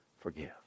Forgive